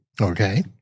Okay